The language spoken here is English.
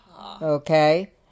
Okay